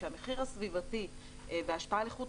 כשהמחיר הסביבתי וההשפעה על איכות